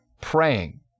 praying